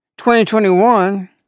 2021